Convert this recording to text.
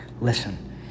Listen